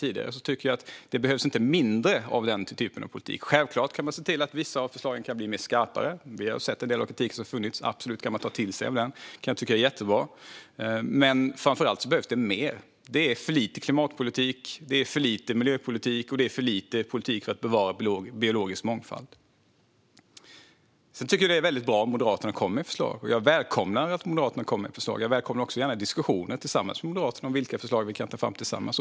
Jag tycker inte att det behövs mindre av regeringens tidigare politik. Självfallet kan man se till att vissa förslag blir skarpare. Vi har sett en del av den kritik som har funnits, och den kan man absolut ta till sig av. Detta tycker jag är jättebra. Men framför allt behövs det mer. Det är för lite klimatpolitik, det är för lite miljöpolitik och det är för lite politik för att bevara den biologiska mångfalden. Jag tycker att det är bra om Moderaterna kommer med förslag; jag välkomnar detta. Jag välkomnar också diskussioner med Moderaterna om vilka förslag vi kan ta fram tillsammans.